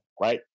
right